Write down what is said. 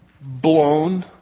blown